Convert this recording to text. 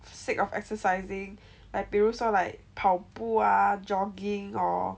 sake of exercising like 比如说 like 跑步 ah jogging or